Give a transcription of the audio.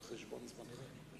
על חשבון זמנך.